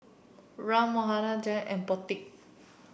Ram Manohar Janaki and Potti